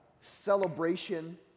celebration